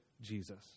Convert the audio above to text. Jesus